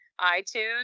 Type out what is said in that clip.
iTunes